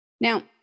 Now